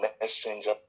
messenger